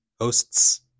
Hosts